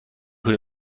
کنی